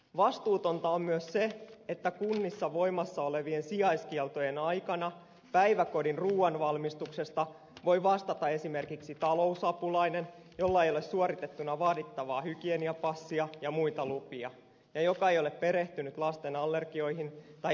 vastuutonta on myös se että kunnissa voimassa olevien sijaiskieltojen aikana päiväkodin ruuan valmistuksesta voi vastata esimerkiksi talousapulainen jolla ei ole suoritettuna vaadittavaa hygieniapassia ja muita lupia ja joka ei ole perehtynyt lasten allergioihin tai erityisruokavalioihin